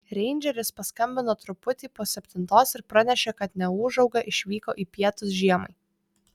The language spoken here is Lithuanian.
reindžeris paskambino truputį po septintos ir pranešė kad neūžauga išvyko į pietus žiemai